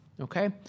okay